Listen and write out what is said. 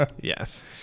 Yes